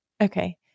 Okay